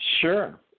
Sure